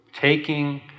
Taking